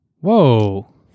Whoa